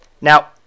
Now